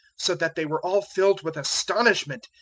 so that they were all filled with astonishment,